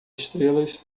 estrelas